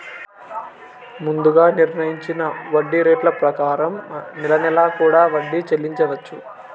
ముందుగా నిర్ణయించిన వడ్డీ రేట్ల ప్రకారం నెల నెలా కూడా వడ్డీ చెల్లించవచ్చు